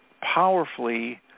powerfully